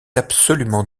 absolument